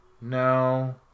no